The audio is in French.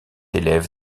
élève